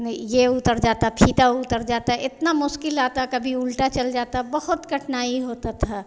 नहीं यह उतर जाता फीता उतर जाता इतनी मुश्किल आती कभी उल्टा चल जाता बहुत कठिनाई होती थी